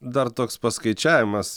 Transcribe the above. dar toks paskaičiavimas